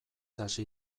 hasi